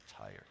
tired